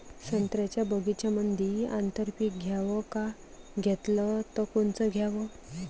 संत्र्याच्या बगीच्यामंदी आंतर पीक घ्याव का घेतलं च कोनचं घ्याव?